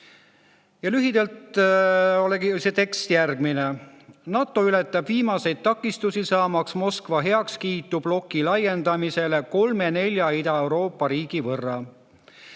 Lühidalt oli see tekst järgmine. "NATO ületab viimaseid takistusi, saamaks Moskva heakskiitu bloki laiendamisele 3–4 Ida-Euroopa riigi võrra.